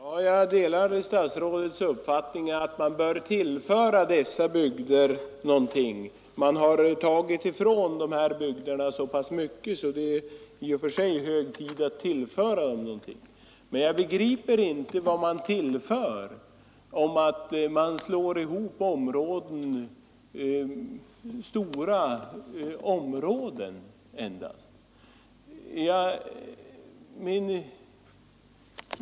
Herr talman! Jag delar statsrådets uppfattning att man bör tillföra dessa bygder någonting. Man har tagit ifrån dem så pass mycket att det i och för sig är hög tid att tillföra dem någonting. Men jag begriper inte vad man tillför, om man endast slår ihop stora områden.